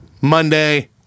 Monday